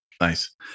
Nice